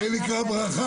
זה נקרא ברכה?